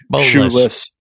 shoeless